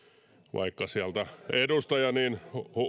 vaikka sieltä edustaja niin